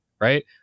Right